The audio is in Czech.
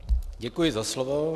Děkuji za slovo.